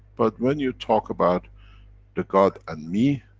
but when you talk about the god and me,